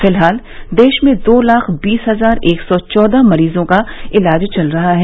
फिलहाल देश में दो लाख बीस हजार एक सौ चौदह मरीजों का इलाज चल रहा है